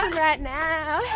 right now!